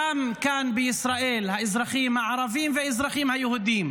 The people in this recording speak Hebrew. גם כאן בישראל, האזרחים הערבים והאזרחים היהודים,